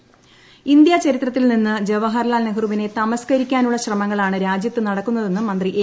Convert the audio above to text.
ബാലൻ India ചരിത്രത്തിൽ നിന്ന് ജവഹർലാൽ നെഹ്റുവിനെ തമസ്കരിക്കാനുള്ള ശ്രമങ്ങളാണ് രാജ്യത്തു നടക്കുന്നതെന്ന് മന്ത്രി എ